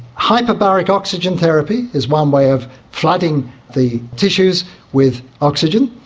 hyperbaric oxygen therapy is one way of flooding the tissues with oxygen.